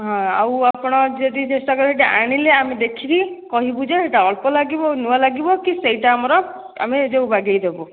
ହଁ ଆଉ ଆପଣ ଯଦି ଚେଷ୍ଟା କରିବେ ସେଇଟା ଆଣିଲେ ଆମେ ଦେଖିକି କହିବୁ ଯେ ସେଇଟା ଅଳ୍ପ ଲାଗିବ ନୂଆ ଲାଗିବ କି ସେଇଟା ଆମର ଆମେ ଯେଉଁ ବାଗେଇଦେବୁ